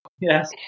Yes